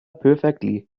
perfectly